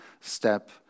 step